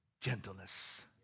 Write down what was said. Gentleness